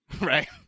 right